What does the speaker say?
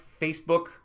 Facebook